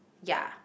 ya